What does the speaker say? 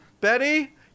Betty